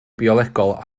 biolegol